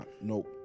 nope